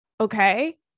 Okay